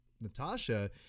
Natasha